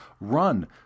run